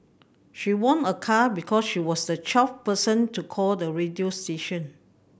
she won a car because she was the twelfth person to call the radio station